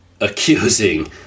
accusing